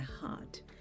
heart